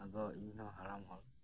ᱟᱫᱚ ᱤᱧ ᱦᱚᱸ ᱦᱟᱲᱟᱢ ᱦᱚᱲ